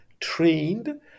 trained